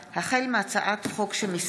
הצעת חוק לייעול